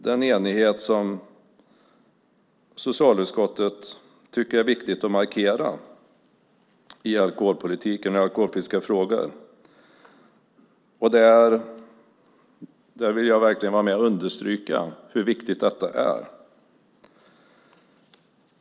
Det är oerhört viktigt att markera i alkoholpolitiken och alkoholpolitiska frågor. Jag vill verkligen vara med och understryka hur viktigt detta är.